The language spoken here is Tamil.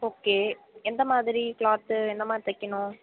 ஓகே எந்த மாதிரி கிளாத்து எந்த மாதிரி தைக்கிணும்